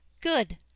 good